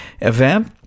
event